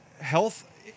health